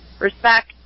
respect